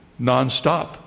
nonstop